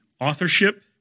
authorship